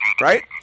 Right